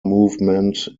movement